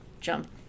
jump